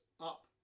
up